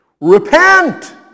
repent